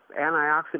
antioxidant